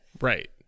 Right